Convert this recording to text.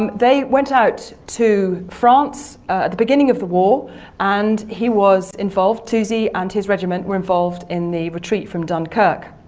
um they went out to france at the beginning of the war and he was involved, toosey and his regiment were involved in the retreat from dunkirk.